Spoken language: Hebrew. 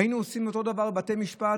היינו עושים אותו דבר בבתי משפט,